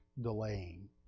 delaying